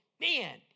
Man